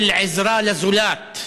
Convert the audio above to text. של עזרה לזולת.